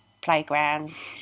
playgrounds